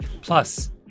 Plus